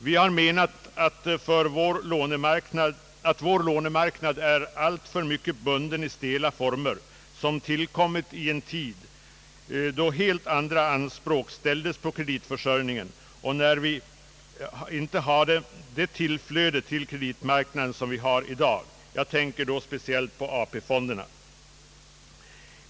Vi menar att vår lånemarknad är alltför hårt bunden i stela former, vilka har tillkommit i en tid då helt andra anspråk ställdes på kreditförsörjningen och då vi inte hade det tillflöde till kre ditmarknaden som vi har i dag. Jag tänker då speciellt på AP-fonderna.